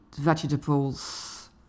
vegetables